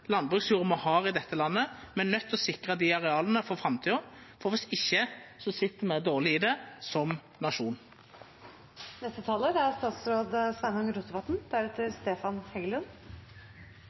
me har i dette landet. Me er nøydde til å sikra dei areala for framtida, for viss ikkje sit me dårleg i det som